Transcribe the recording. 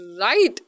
right